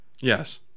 Yes